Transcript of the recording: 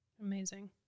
Amazing